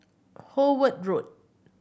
Howard Road